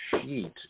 sheet